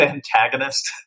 Antagonist